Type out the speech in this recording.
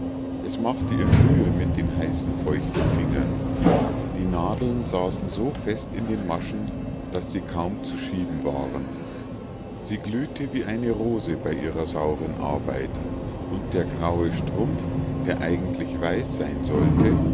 es machte ihr mühe mit den heißen feuchten fingern die nadeln saßen so fest in den maschen daß sie kaum zu schieben waren sie glühte wie eine rose bei ihrer sauren arbeit und der graue strumpf der eigentlich weiß sein sollte